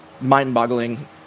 mind-boggling